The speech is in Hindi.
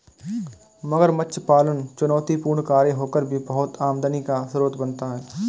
मगरमच्छ पालन चुनौतीपूर्ण कार्य होकर भी बहुत आमदनी का स्रोत बनता है